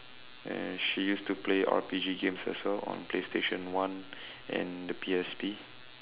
and she used to play R_P_G games as well on play station one and the P_S_P